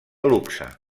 luxe